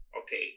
okay